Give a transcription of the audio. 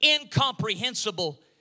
incomprehensible